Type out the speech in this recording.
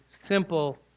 simple